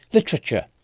literature.